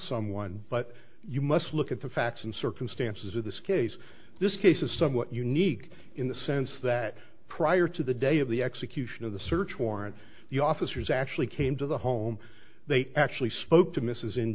someone but you must look at the facts and circumstances of this case this case is somewhat unique in the sense that prior to the day of the execution of the search warrant the officers actually came to the home they actually spoke to mrs in